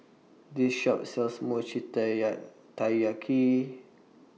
This Shop sells Mochi Taiyaki